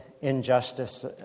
injustice